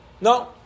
No